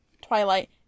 Twilight